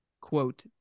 quote